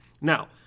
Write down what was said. Now